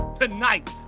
tonight